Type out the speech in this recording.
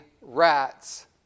rats